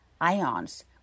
ions